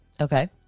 Okay